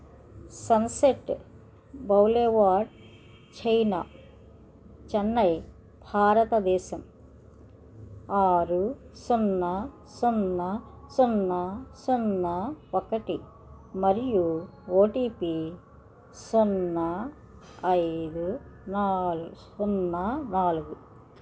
sunset boulevard Chennai భారతదేశం ఆరు సున్నా సున్నా సున్నా సున్నా సున్నా ఒకటి మరియు ఓ టీ పీ సున్నా ఐదు సున్నా నాలుగు